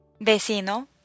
Vecino